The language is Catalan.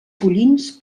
pollins